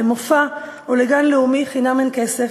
למופע או לגן לאומי חינם אין כסף.